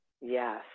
Yes